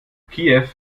kiew